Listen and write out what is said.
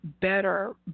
better